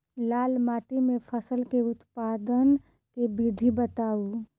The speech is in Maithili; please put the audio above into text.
लाल माटि मे फसल केँ उत्पादन केँ विधि बताऊ?